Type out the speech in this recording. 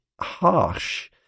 harsh